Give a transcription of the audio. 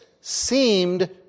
seemed